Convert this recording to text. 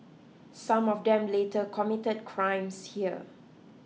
some of them later committed crimes here